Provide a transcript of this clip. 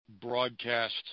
broadcast